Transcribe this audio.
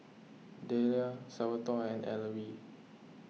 Dahlia Salvatore and Ellery